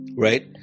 Right